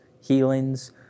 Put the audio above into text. healings